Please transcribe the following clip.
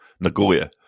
Nagoya